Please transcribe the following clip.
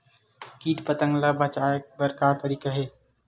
कीट पंतगा ले बचाय बर का तरीका हे?